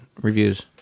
reviews